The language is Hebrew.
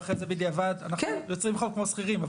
ובדיעבד אנחנו יוצרים חוב כמו שכירים,